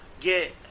get